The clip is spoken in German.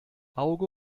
auge